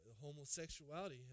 homosexuality